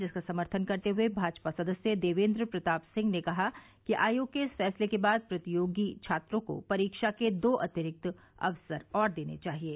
जिसका समर्थन करते हुए भाजपा सदस्य देवेन्द्र प्रताप सिंह ने कहा कि आयोग के इस फैंसले के बाद प्रतियोगी छात्रों को परीक्षा के दो अतिरिक्त अवसर और देने चाहिये